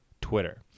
Twitter